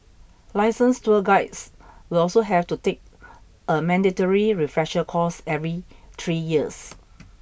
licensed tour guides will also have to take a mandatory refresher course every three years